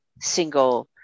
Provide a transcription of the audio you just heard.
single